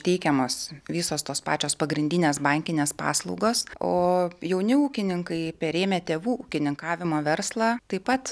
teikiamos visos tos pačios pagrindinės bankinės paslaugos o jauni ūkininkai perėmę tėvų ūkininkavimo verslą taip pat